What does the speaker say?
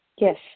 Yes